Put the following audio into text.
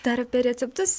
dar apie receptus